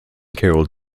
karel